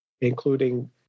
including